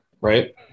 right